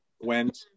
Went